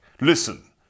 Listen